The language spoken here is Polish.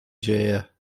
dzieje